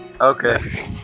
Okay